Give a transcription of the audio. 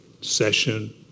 session